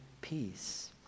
peace